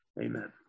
Amen